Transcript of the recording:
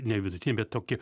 ne vidutinį bet tokį